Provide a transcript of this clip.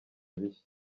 bishya